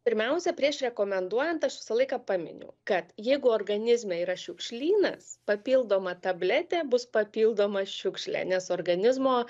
pirmiausia prieš rekomenduojant aš visą laiką paminiu kad jeigu organizme yra šiukšlynas papildoma tabletė bus papildoma šiukšlė nes organizmo